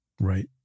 Right